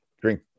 drink